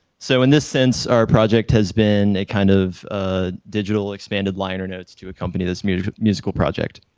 so in this sense, our project has been a kind of ah digital expanded liner notes to accompany this musical musical project.